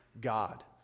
God